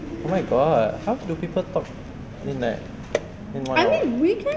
oh my god how do people talk in like one hour